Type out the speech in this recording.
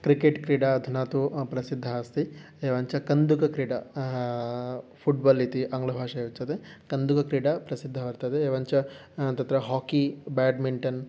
cricket क्रीडा अधुना तु प्रसिद्धा अस्ति एवञ्च कन्दुकक्रीडा फ़ुट्बोल् इति आङ्लभाषया उच्यते कन्दुकक्रीडा प्रसिद्धा वर्तते एवञ्च तत्र हाकि ब्याड्मिन्टन्